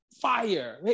fire